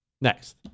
Next